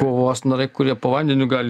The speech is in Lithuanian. kovos narai kurie po vandeniu gali